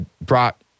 brought